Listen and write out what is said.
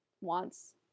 wants